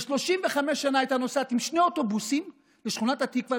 ו-35 שנה הייתה נוסעת בשני אוטובוסים ללמד בשכונת התקווה,